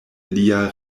lia